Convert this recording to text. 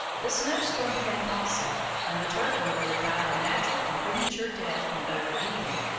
the snow-storm came also and the turkey nearly died a natural and premature death from over-eating.